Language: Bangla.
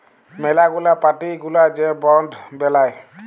ম্যালা গুলা পার্টি গুলা যে বন্ড বেলায়